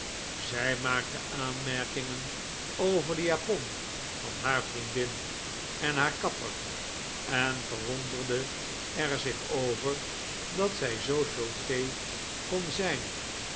zij maakte aanmerkingen over de japon van haar vriendin en haar kapper en verwonderde er zich over dat zij zoo chaussee kon zijn